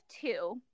two